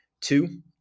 Two